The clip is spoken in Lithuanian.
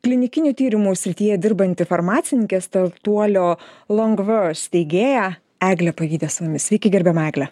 klinikinių tyrimų srityje dirbanti farmacininkė startuolio longva steigėja eglė pavydė su mumis sveika gerbiama egle